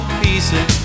pieces